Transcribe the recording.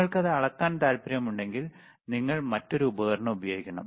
നിങ്ങൾക്കത് അളക്കാൻ താൽപ്പര്യമുണ്ടെങ്കിൽ നിങ്ങൾ മറ്റൊരു ഉപകരണം ഉപയോഗിക്കണം